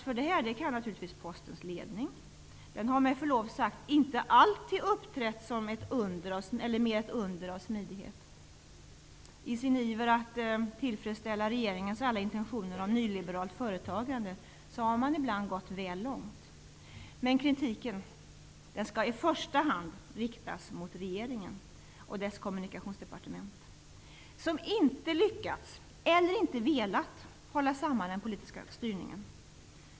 För detta kan givetvis Postens ledning klandras. Den har med förlov sagt inte alltid uppträtt som ett under av smidighet. I sin iver att tillfredsställa regeringens alla intentioner om nyliberalt företagande har man ibland gått väl långt. Men kritiken skall i första hand riktas mot regeringen och dess Kommunikationsdepartement som inte lyckats, eller inte velat, hålla samman den politiska styrningen.